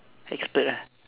expert ah